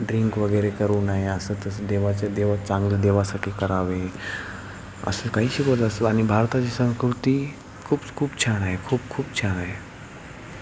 ड्रिंकवगैरे करू नये असं तसं देवाचं देव चांगलं देवासाठी करावे असं काही शिकवत असतात आणि भारताची संस्कृती खूप खूप छान आहे खूप खूप छान आहे